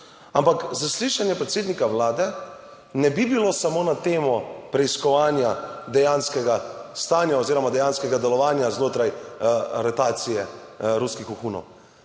Ampak zaslišanje predsednika Vlade ne bi bilo samo na temo preiskovanja dejanskega stanja oziroma dejanskega delovanja znotraj aretacije ruskih vohunov.